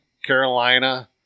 Carolina